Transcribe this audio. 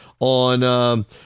on –